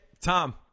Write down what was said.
Tom